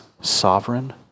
sovereign